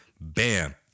bam